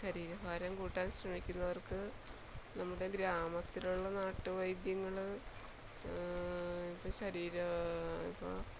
ശരീരഭാരം കൂട്ടാൻ ശ്രമിക്കുന്നവർക്ക് നമ്മുടെ ഗ്രാമത്തിലുള്ള നാട്ടുവൈദ്യങ്ങൾ ഇപ്പോൾ ശരീര ഇപ്പോൾ